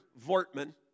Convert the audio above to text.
Vortman